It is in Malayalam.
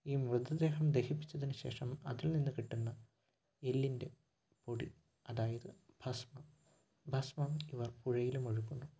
ഈ മൃതദേഹം ദഹിപ്പിച്ചതിനുശേഷം അതിൽ നിന്ന് കിട്ടുന്ന എല്ലിൻ്റെ പൊടി അതായത് ഭസ്മം ഭസ്മം ഇവർ പുഴയിലുമൊഴുക്കുന്നു